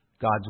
God's